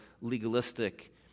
legalistic